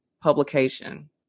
publication